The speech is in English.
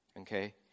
Okay